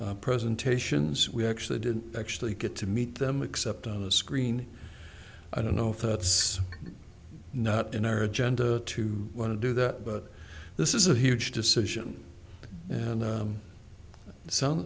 e presentations we actually didn't actually get to meet them except on the screen i don't know if that's not in our agenda to want to do that but this is a huge decision and some